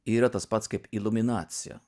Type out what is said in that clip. yra tas pats kaip iliuminacija